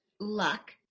luck